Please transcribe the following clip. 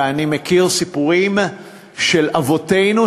ואני מכיר סיפורים של אבותינו,